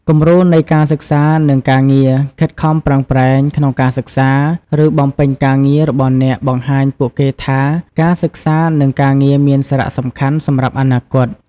គំរូនៃការសិក្សា និងការងារខិតខំប្រឹងប្រែង ក្នុងការសិក្សា ឬបំពេញការងាររបស់អ្នក បង្ហាញពួកគេថាការសិក្សា និងការងារមានសារៈសំខាន់សម្រាប់អនាគត ។